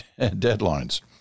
deadlines